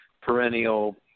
perennial